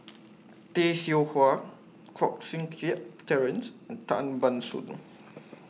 Tay Seow Huah Koh Seng Kiat Terence and Tan Ban Soon